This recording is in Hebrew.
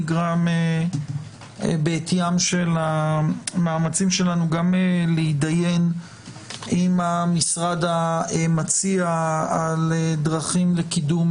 הוא נגרם בעטיים של מאמצינו גם להידיין עם המשרד המציע על דרכים לקידום